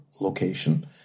location